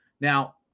now